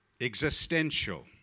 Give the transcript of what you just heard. existential